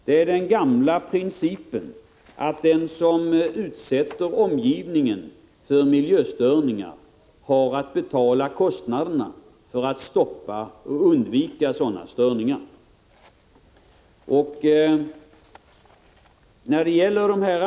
Det är följande gamla princip som här gäller: Den som utsätter omgivningen för miljöstörningar har att betala kostnaderna för att man skall kunna stoppa och undvika sådana störningar.